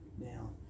Now